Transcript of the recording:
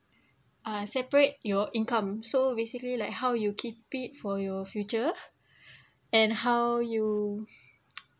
uh separate your income so basically like how you keep it for your future and how you